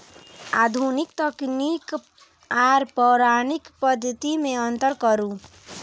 आधुनिक तकनीक आर पौराणिक पद्धति में अंतर करू?